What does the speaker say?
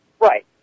Right